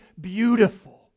beautiful